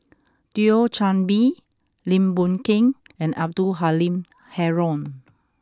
Thio Chan Bee Lim Boon Keng and Abdul Halim Haron